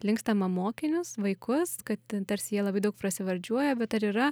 linkstama mokinius vaikus kad ten tarsi jie labai daug prasivardžiuoja bet ar yra